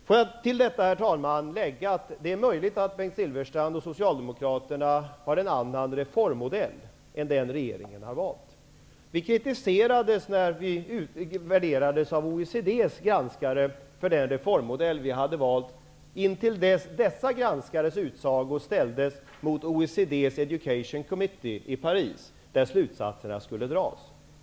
Får jag till detta, herr talman, lägga att det är möjligt att Bengt Silfverstrand och Socialdemokraterna har en annan reformmodell än den regeringen har valt. Vi kritiserades när vi utvärderades av OECD:s granskare för den reformmodell vi hade valt intill dess dessa granskares utsago ställdes mot OECD:s Education Committee i Paris, där slutsatserna skulle dras.